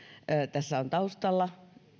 tässä ovat taustalla